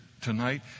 tonight